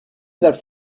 that